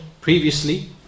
previously